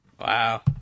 Wow